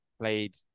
played